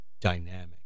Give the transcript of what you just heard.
dynamic